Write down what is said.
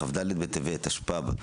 בכ"ד בטבת תשפ״ב,